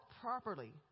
properly